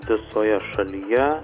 visoje šalyje